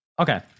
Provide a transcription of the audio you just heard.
Okay